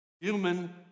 human